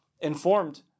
informed